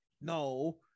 no